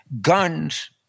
Guns